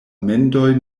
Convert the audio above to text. mendoj